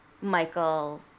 Michael